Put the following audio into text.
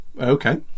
okay